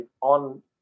on